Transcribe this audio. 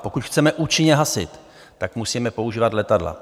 Pokud chceme účinně hasit, tak musíme používat letadla.